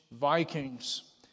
Vikings